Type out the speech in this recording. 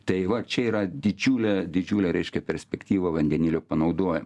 tai va čia yra didžiulė didžiulė reiškia perspektyva vandenilio panaudojim